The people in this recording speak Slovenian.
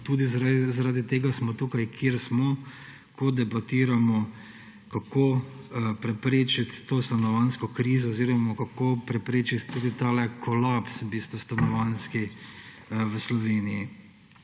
tudi zaradi tega smo tukaj, kjer smo, ko debatiramo, kako preprečiti to stanovanjsko krizo oziroma kako preprečiti tudi tale kolaps v bistvu stanovanjski v Sloveniji.